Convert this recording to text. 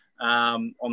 on